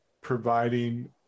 providing